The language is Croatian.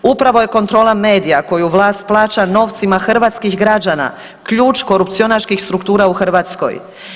Upravo je kontrola medija koju vlast plaća novcima hrvatskih građana ključ korupcionaških struktura u Hrvatskoj.